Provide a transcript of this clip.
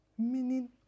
Meaning